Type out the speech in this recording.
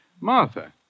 Martha